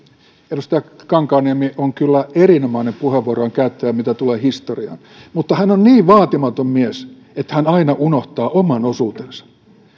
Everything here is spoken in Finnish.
edustaja kankaanniemi on kyllä erinomainen puheenvuorojen käyttäjä mitä tulee historiaan mutta hän on niin vaatimaton mies että hän aina unohtaa oman osuutensa